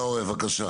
פיקוד העורף, בבקשה.